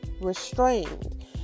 restrained